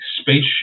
spaceship